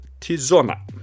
Tizona